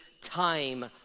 time